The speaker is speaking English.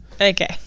Okay